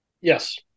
Yes